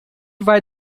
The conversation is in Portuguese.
vai